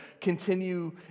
continue